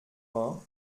vingt